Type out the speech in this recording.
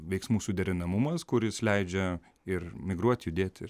veiksmų suderinamumas kuris leidžia ir migruot judėt ir